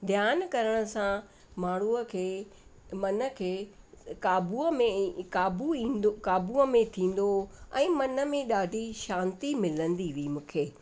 ध्यान करण सां माण्हूअ खे मन खे क़ाबूअ में क़ाबू ईंदो क़ाबूअ में थींदो ऐं मन में ॾाढी शांती मिलंदी हुई मूंखे